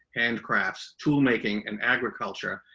handcrafts, toolmaking and agriculture.